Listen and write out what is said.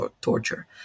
torture